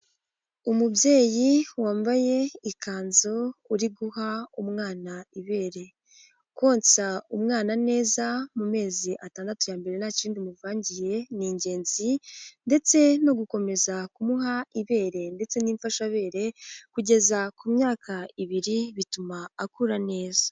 Umubyeyi wambaye ikanzu uri guha umwana ibere, konsa umwana neza mu mezi atandatu ya mbere nta kindi umuvangiye ni ingenzi ndetse no gukomeza kumuha ibere ndetse n'imfashabere kugeza ku myaka ibiri bituma akura neza.